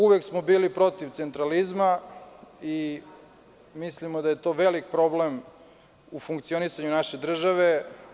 Uvek smo bili protiv centralizma, i mislimo da je to veliki problem u funkcionisanju naše države.